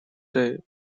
day